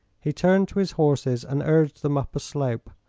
he turned to his horses and urged them up a slope.